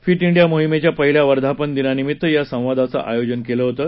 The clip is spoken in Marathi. फिट इंडिया मोहिमेच्या पहिल्या वर्धापन दिनानिमित्त या संवादाचे आयोजन केलं होतं